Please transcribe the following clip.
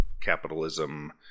capitalism